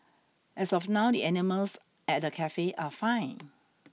as of now the animals at the cafe are fine